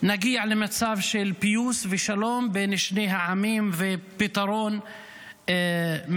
שנגיע למצב של פיוס ושלום בין שני העמים ופתרון מדיני.